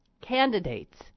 candidates